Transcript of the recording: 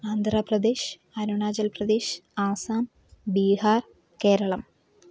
Andhra Pradesh Arunachal Pradesh Assam Bihar Keralam